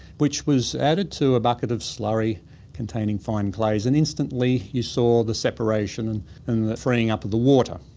which was added to a bucket of slurry containing fine clays. and instantly you saw the separation and and the freeing up of the water,